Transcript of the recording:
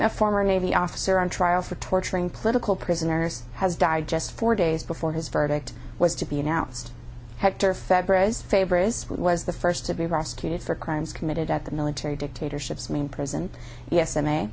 a former navy officer on trial for torturing political prisoners has died just four days before his verdict was to be announced hector febreze favorite was the first to be rescued for crimes committed at the military dictatorships mean prison yes i